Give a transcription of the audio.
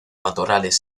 matorrales